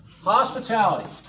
hospitality